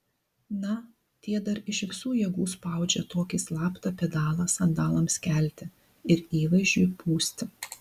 na tie dar iš visų jėgų spaudžia tokį slaptą pedalą sandalams kelti ir įvaizdžiui pūsti